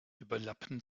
überlappen